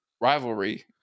rivalry